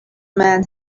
man